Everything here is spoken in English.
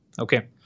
Okay